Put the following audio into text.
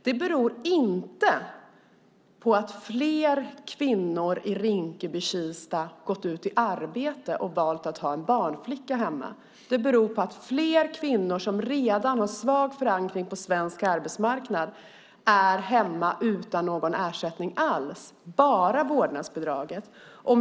Det beror inte på att fler kvinnor i Rinkeby-Kista har gått ut i arbete och valt att ha en barnflicka hemma, utan det beror på att fler kvinnor som redan har svag förankring på svensk arbetsmarknad är hemma utan någon ersättning alls utöver vårdnadsbidraget.